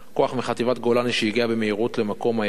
כוח מחטיבת גולני שהגיע במהירות למקום האירוע